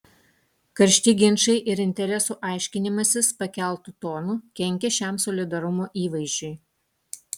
karšti ginčai ir interesų aiškinimasis pakeltu tonu kenkia šiam solidarumo įvaizdžiui